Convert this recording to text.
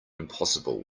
impossible